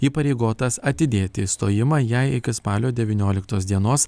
įpareigotas atidėti išstojimą jei iki spalio devynioliktos dienos